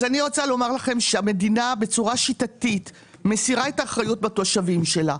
אני רוצה לומר לכם שהמדינה בצורה שיטתית מסירה את האחריות מהתושבים שלה.